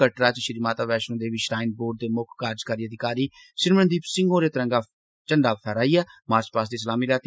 कटड़ा च Shri Mata Vaishno Devi shrine board दे मुक्ख कार्जकारी अधिकारी सिमरन दीप सिंह होरें तिरंगा झंडा फैहराया ते मार्व पास्ट दी सलामी लैती